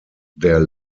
der